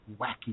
wacky